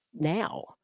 now